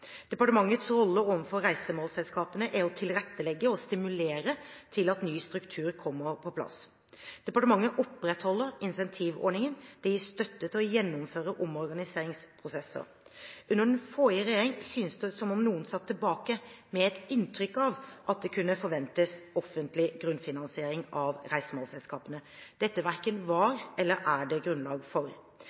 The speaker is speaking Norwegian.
Departementets rolle overfor reisemålsselskapene er å tilrettelegge og stimulere til at en ny struktur kommer på plass. Departementet opprettholder incentivordningen. Det gis støtte til å gjennomføre omorganiseringsprosesser. Under den forrige regjeringen syntes det som om noen satt tilbake med et inntrykk av at det kunne forventes offentlig grunnfinansiering av reisemålsselskapene. Dette verken var eller er det grunnlag for.